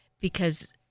Because-